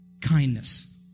kindness